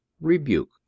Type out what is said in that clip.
rebuke